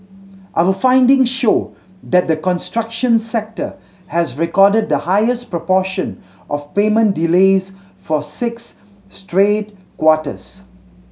our finding show that the construction sector has recorded the highest proportion of payment delays for six straight quarters